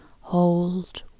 hold